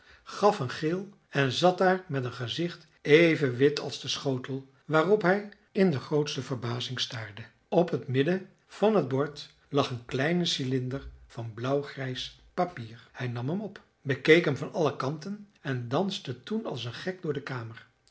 gaf een gil en zat daar met een gezicht even wit als de schotel waarop hij in de grootste verbazing staarde op het midden van het bord lag een kleine cylinder van blauwgrijs papier hij nam hem op bekeek hem van alle kanten en danste toen als een gek door de kamer